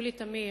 יולי תמיר,